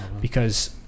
Because-